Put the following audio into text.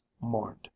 mourned